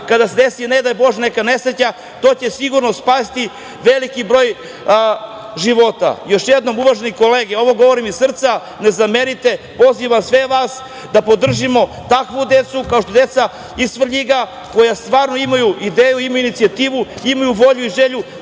kada se desi nesreća, to će sigurno spasiti veliki broj života. Još jednom, uvažene kolege, ovo govorim iz srca, ne zamerite, pozivam sve vas da podržimo takvu decu, kao što su deca iz Svrljiga, koja stvarno imaju ideju, imaju inicijativu, imaju volju i želju,